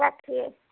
रखिए